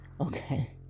okay